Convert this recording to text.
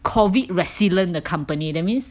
COVID resilient 的 company that means